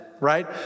right